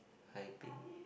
I think